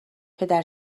پدر